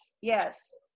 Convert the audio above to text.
Yes